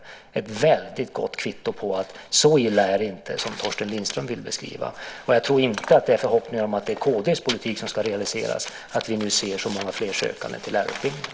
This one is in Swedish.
Det är ett väldigt gott kvitto på att det inte är så illa som Torsten Lindström beskriver det. Jag tror inte att det är förhoppningar om att kd:s politik ska realiseras som gör att vi nu ser så många fler sökande till lärarutbildningen.